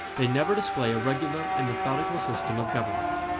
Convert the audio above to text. they never display a regular and methodical system of government.